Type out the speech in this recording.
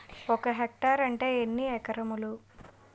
ఒక హెక్టార్ అంటే ఎన్ని ఏకరములు?